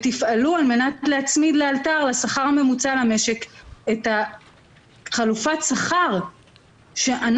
תפעלו על מנת להצמיד לאלתר לשכר הממוצע במשק את חלופת השכר שאנחנו,